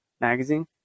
magazine